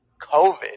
COVID